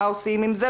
מה עושים עם זה?